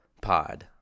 pod